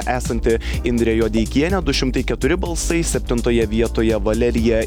esanti indrė juodeikienė du šimtai keturi balsai septintoje vietoje valerija